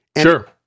sure